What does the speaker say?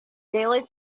daily